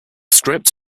script